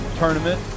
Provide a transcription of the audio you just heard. tournament